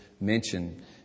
mention